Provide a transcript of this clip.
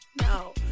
no